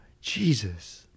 Jesus